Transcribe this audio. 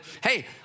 hey